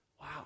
wow